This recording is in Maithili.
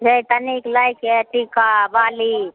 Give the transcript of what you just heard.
ओएह तनिक लैके हइ टीका बाली